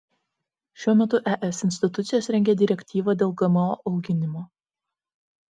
šiuo metu es institucijos rengia direktyvą dėl gmo auginimo